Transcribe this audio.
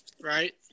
right